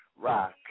rock